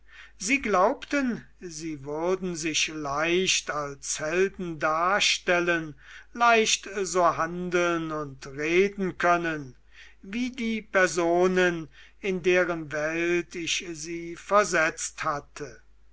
sie glaubten sie würden sich leicht als helden darstellen leicht so handeln und reden können wie die personen in deren welt ich sie versetzt hatte